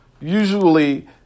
Usually